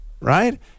Right